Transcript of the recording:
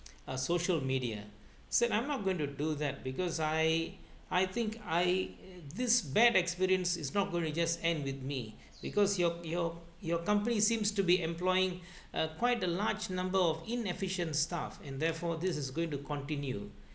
a social media said I'm not going to do that because I I think I this bad experience is not going to just end with me because your your your company seems to be employing a quite a large number of inefficient staff and therefore this is going to continue